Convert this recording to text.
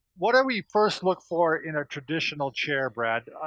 what do we first look for in a traditional chair, brad?